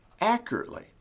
accurately